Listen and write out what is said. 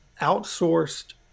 outsourced